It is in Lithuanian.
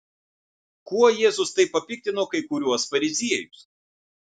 kuo jėzus taip papiktino kai kuriuos fariziejus